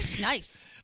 nice